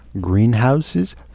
greenhouses